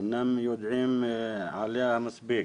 אינם יודעים עליה מספיק,